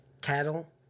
cattle